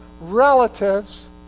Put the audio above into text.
relatives